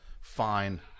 Fine